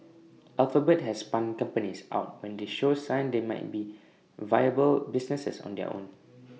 alphabet has spun companies out when they show signs they might be viable businesses on their own